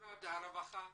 משרד הרווחה,